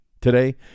Today